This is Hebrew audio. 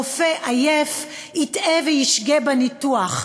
רופא עייף יטעה וישגה בניתוח,